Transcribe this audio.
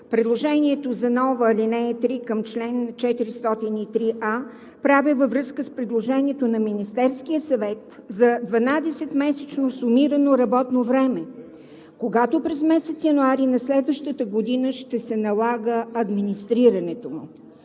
Предложението за нова ал. 3 към чл. 403а правя във връзка с предложението на Министерския съвет за 12-месечно сумирано работно време, когато през месец януари на следващата година ще се налага администрирането му.